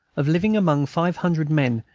of living among five hundred men,